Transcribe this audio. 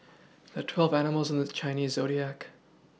there are twelve animals in the Chinese zodiac